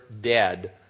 dead